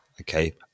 Okay